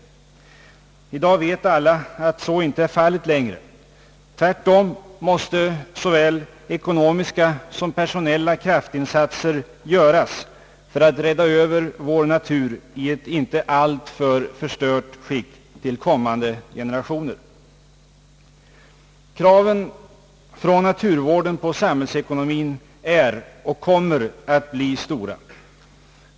I dag vet alla att förhållandena har ändrats. Nu måste tvärtom såväl ekonomiska som personella kraftinsatser göras för att rädda över vår natur i ett inte alltför skadat skick till kommande generationer. Kraven från naturvården på samhällsekonomien är och kommer att bli stora.